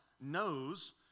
knows